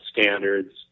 standards